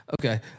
Okay